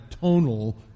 tonal